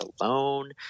alone